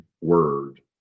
word